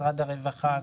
משרד הרווחה,